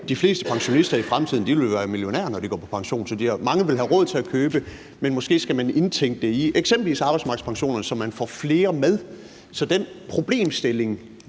De fleste pensionister i fremtiden vil jo være millionærer, når de går på pension, så mange vil have råd til at købe. Men måske skal man indtænke det i eksempelvis arbejdsmarkedspensionerne, så man får flere med. Så den problemstilling,